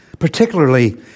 particularly